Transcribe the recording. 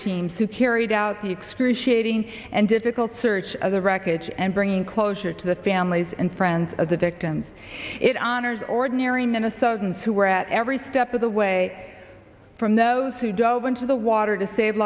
teams who carried out the excruciating and difficult search of the wreckage and bringing closure to the families and friends of the victims it honors ordinary minnesotans who were at every step of the way from those who don't go into the water to save